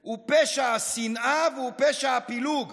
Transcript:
הוא פשע השנאה והוא פשע הפילוג.